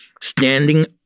standing